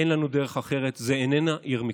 אין לנו דרך אחרת, זו איננה עיר מקלט.